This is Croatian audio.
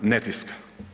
Ne tiska.